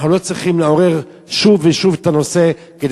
אנחנו לא צריכים לעורר שוב ושוב את הנושא כדי